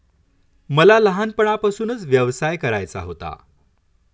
मला लहानपणापासूनच व्यवसाय करायचा होता